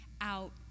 out